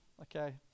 okay